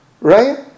Right